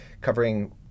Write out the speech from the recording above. covering